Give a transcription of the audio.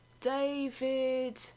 David